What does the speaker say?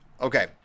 Okay